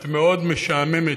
את מאוד משעממת.